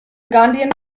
ghanaian